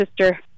sister